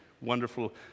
wonderful